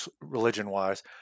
religion-wise